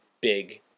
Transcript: big